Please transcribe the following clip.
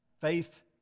Faith